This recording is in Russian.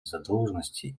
задолженности